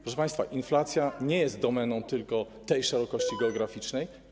Proszę państwa, inflacja nie jest domeną tylko tej szerokości geograficznej.